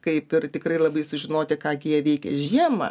kaip ir tikrai labai sužinoti ką gi jie veikė žiemą